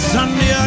Sunday